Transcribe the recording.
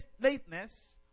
lateness